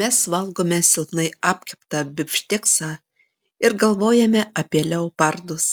mes valgome silpnai apkeptą bifšteksą ir galvojame apie leopardus